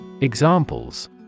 Examples